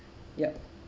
yup